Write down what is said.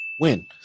win